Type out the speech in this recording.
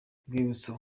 rwibutso